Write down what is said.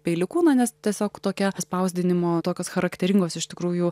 peiliuku na nes tiesiog tokia spausdinimo tokios charakteringos iš tikrųjų